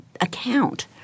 account